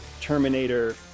Terminator